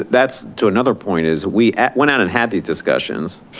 that's to another point is we at went out and had these discussions,